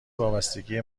وابستگی